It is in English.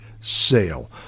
sale